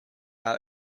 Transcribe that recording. out